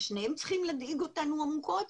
ששניהם צריכים להדאיג אותנו עמוקות,